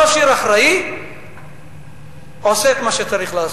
ראש עיר אחראי עושה את מה שצריך לעשות.